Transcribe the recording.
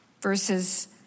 verses